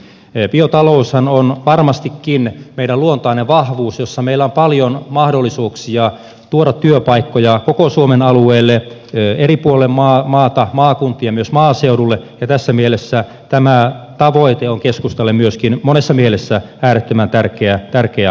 biotaloushan on varmastikin meidän luontainen vahvuus jossa meillä on paljon mahdollisuuksia tuoda työpaikkoja koko suomen alueelle eri puolille maata maakuntia myös maaseudulle ja tässä mielessä tämä tavoite on keskustalle myöskin monessa mielessä äärettömän tärkeä aloite